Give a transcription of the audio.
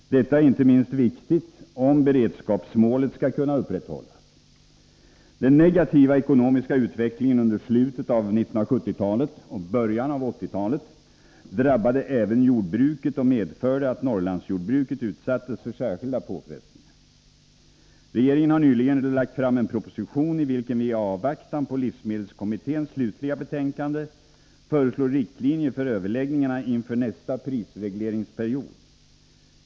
Detta är inte minst viktigt om beredskapsmålet skall kunna upprätthållas. Den negativa ekonomiska utvecklingen under slutet av 1970-talet och början av 1980-talet drabbade även jordbruket och medförde att Norrlandsjordbruket utsattes för särskilda påfrestningar. Regeringen har nyligen lagt fram en proposition i vilken vi i avvaktan på livsmedelskommitténs slutliga betänkande föreslår riktlinjer för överläggningarna inför nästa prisregleringsperiod.